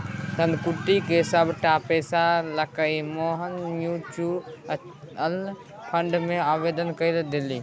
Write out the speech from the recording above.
धनकट्टी क सभटा पैसा लकए मोहन म्यूचुअल फंड मे आवेदन कए देलनि